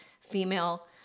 female